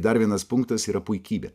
dar vienas punktas yra puikybė